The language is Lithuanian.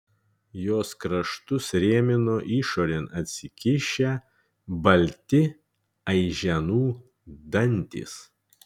jos kraštus rėmino išorėn atsikišę balti aiženų dantys